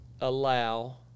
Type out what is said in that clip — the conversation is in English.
allow